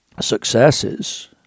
successes